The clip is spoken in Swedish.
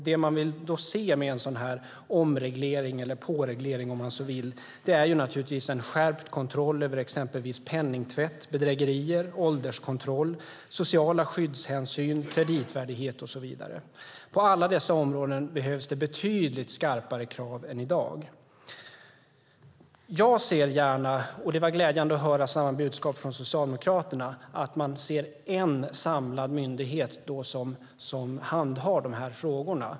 Det man vill se med en sådan omreglering är en skärpt kontroll av penningtvätt och bedrägerier, kreditvärdighet och så vidare. Man vill ha en skärpt ålderskontroll och sociala skyddshänsyn. På alla dessa områden behövs det betydligt skarpare krav än i dag. Jag ser gärna, och det var glädjande att höra samma budskap från Socialdemokraterna, en samlad myndighet som handhar dessa frågor.